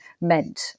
meant